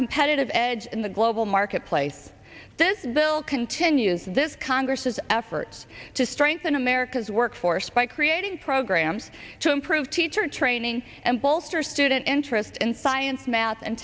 competitive edge in the global marketplace then they'll continue this congress's efforts to strengthen america's workforce by creating programs to improve teacher training and bolster student interest in science math and